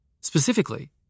Specifically